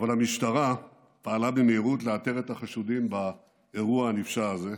אבל המשטרה פעלה במהירות לאתר את החשודים באירוע הנפשע הזה,